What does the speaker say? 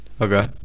Okay